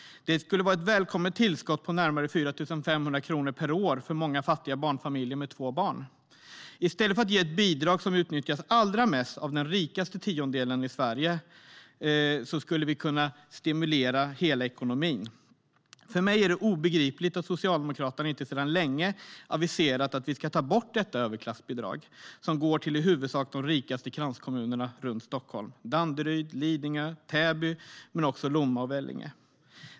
Det skulle vara ett välkommet tillskott på närmare 4 500 kronor per år för många fattiga barnfamiljer med två barn. I stället för att ge ett bidrag som utnyttjas allra mest av den rikaste tiondelen i Sverige skulle vi kunna stimulera hela ekonomin. För mig är det obegripligt att Socialdemokraterna inte sedan länge har aviserat att vi ska ta bort detta överklassbidrag som i huvudsak går till de rikaste kranskommunerna runt Stockholm - Danderyd, Lidingö och Täby - men också går till Lomma och Vellinge.